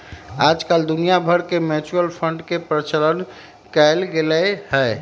आजकल दुनिया भर में म्यूचुअल फंड के प्रचलन कइल गयले है